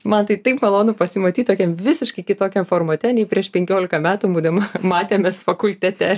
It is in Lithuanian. man tai taip malonu pasimatyt tokiam visiškai kitokia formate nei prieš penkiolika metų būdama matėmės fakultete